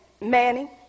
Manny